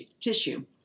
tissue